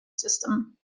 system